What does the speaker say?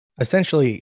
essentially